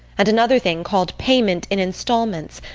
and another thing called payment in installments,